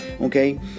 okay